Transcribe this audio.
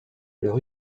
leur